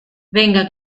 venga